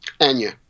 Anya